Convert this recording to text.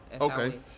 Okay